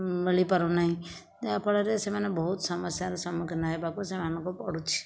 ମିଳି ପାରୁନାହିଁ ଯାହା ଫଳରେ ସେମାନେ ବହୁତ ସମସ୍ୟାରେ ସମ୍ମୁଖୀନ ହେବାକୁ ସେମାନଙ୍କୁ ପଡ଼ୁଛି